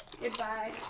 Goodbye